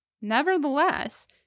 Nevertheless